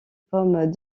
pommes